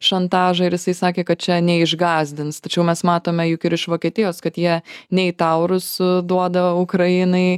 šantažą ir jisai sakė kad čia neišgąsdins tačiau mes matome juk ir iš vokietijos kad jie nei taurus duoda ukrainai